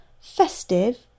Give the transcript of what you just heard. festive